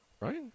right